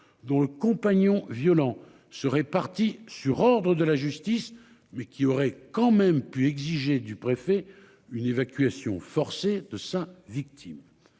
dont le compagnon violent serait partis sur ordre de la justice mais qui aurait quand même pu exiger du préfet une évacuation forcée de sa victime.